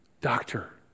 doctor